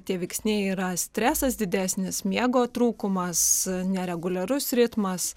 tie veiksniai yra stresas didesnis miego trūkumas nereguliarus ritmas